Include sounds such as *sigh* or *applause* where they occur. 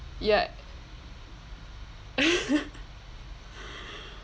ya *laughs*